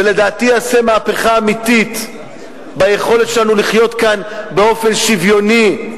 ולדעתי יעשה מהפכה אמיתית ביכולת שלנו לחיות כאן באופן שוויוני,